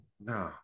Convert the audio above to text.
No